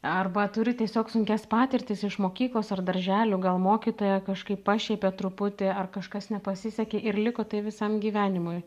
arba turi tiesiog sunkias patirtis iš mokyklos ar darželių gal mokytoja kažkaip pašiepė truputį ar kažkas nepasisekė ir liko tai visam gyvenimui